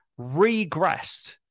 regressed